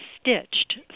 stitched